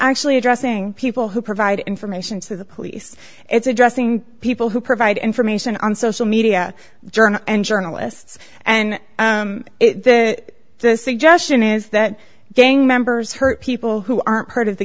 actually addressing people who provide information to the police it's addressing people who provide information on social media journal and journalists and this suggestion is that gang members hurt people who aren't part of the